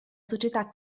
società